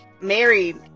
married